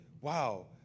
wow